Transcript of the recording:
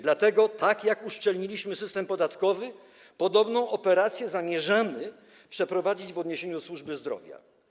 Dlatego tak jak uszczelniliśmy system podatkowy, tak podobną operację zamierzamy przeprowadzić w odniesieniu do służby zdrowia.